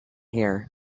here